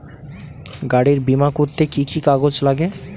গাড়ীর বিমা করতে কি কি কাগজ লাগে?